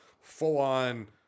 full-on